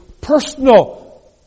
personal